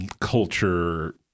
culture